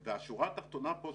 (שקף: פרויקטים מרכזיים לפיתוח בשנים 2024-2020). השורה התחתונה פה,